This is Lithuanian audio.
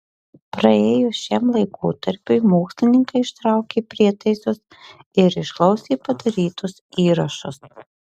praėjus šiam laikotarpiui mokslininkai ištraukė prietaisus ir išklausė padarytus įrašus